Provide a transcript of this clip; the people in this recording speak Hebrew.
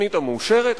התוכנית המאושרת,